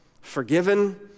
forgiven